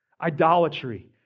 idolatry